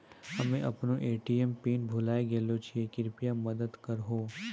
हम्मे अपनो ATM PIN भुलाय गेलो छियै, कृपया मदत करहो